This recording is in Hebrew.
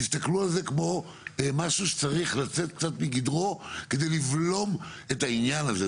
תסתכלו על זה כמו משהו שצריך לצאת קצת מגדרו כדי לבלום את העניין הזה.